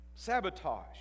Sabotage